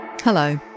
Hello